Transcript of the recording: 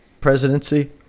presidency